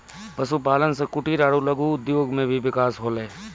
पशुपालन से कुटिर आरु लघु उद्योग मे भी बिकास होलै